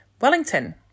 Wellington